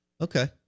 Okay